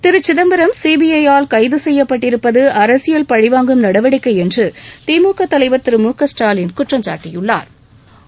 திரு Chidambaram CBI யால் கைது செய்யப்பட்டிருப்பது அரசியல் பழிவாங்கும் நடவடிக்கை என்று திமுக தலைவர் திரு மு க ஸ்டாலின் குற்றம்சாட்டியுள்ளாா்